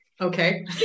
Okay